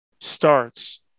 starts